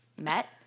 met